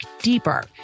deeper